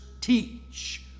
teach